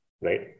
right